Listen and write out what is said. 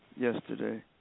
yesterday